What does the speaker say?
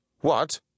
What